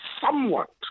somewhat